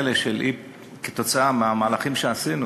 כתוצאה מהמהלכים שעשינו